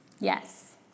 Yes